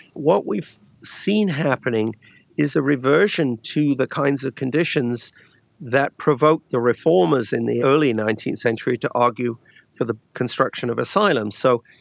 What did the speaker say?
what we've seen happening is a reversion to the kinds of conditions that provoked the reformers in the early nineteenth century to argue for the construction of asylums. so,